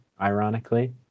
ironically